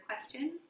questions